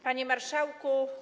Panie Marszałku!